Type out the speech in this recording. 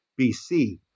BC